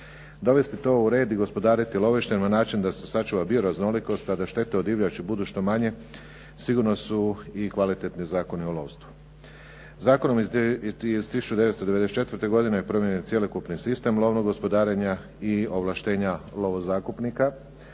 dovesti to u red i gospodariti lovištem na način da se sačuva bioraznolikost, a da štete od divljači budu što manje sigurno su i kvalitetni Zakoni o lovstvu. Zakonom iz 1994. godine promijenjen je cjelokupni sistem lovnog gospodarenja i ovlaštenja lovo zakupnika.